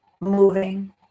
moving